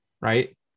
right